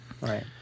Right